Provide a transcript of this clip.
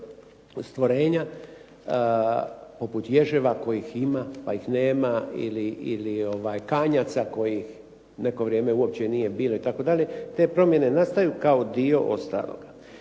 stvorenja poput ježeva kojih ima pa ih nema ili kanjaca kojih neko vrijeme uopće nije bilo itd. Te promjene nastaju kao dio ostaloga.